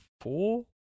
four